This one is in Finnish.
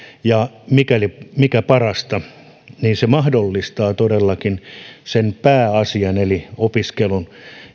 ja mikä parasta se mahdollistaa todellakin sen pääasian eli opiskelun